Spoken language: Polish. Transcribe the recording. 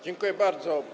Dziękuję bardzo.